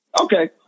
Okay